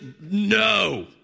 no